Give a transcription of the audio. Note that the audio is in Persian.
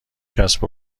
کسب